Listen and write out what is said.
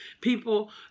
People